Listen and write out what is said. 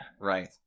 Right